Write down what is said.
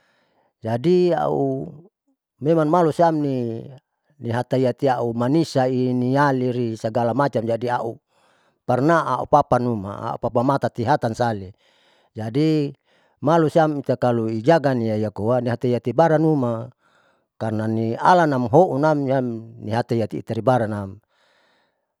Jadi auloiman malusiam ninihataiyati aumanisai nialiri sagala macan, jadi au parna au papanuma aupapa matati atan sali, jadi malusiam itakaloijaga iaiakoa nihatayati baranuma karna nialanamhounam nihatayati barangnam.